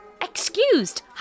Excused